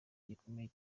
gikomeye